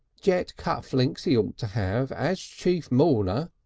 jet cuff links he ought to have as chief mourner,